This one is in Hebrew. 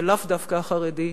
ולאו דווקא החרדי,